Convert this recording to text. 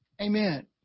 Amen